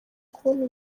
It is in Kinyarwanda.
kubona